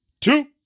two